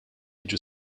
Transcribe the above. jiġu